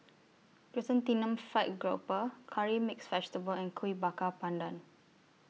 Chrysanthemum Fried Grouper Curry Mixed Vegetable and Kuih Bakar Pandan